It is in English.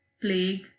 plague